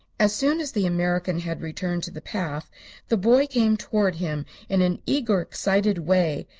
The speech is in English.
as soon as the american had returned to the path the boy came toward him in an eager, excited way,